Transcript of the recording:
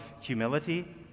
humility